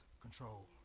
control